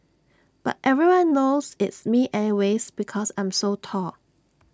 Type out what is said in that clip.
but everyone knows it's me anyways because I'm so tall